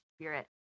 spirit